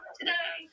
today